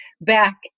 back